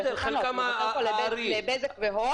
חלק הארי שלהן.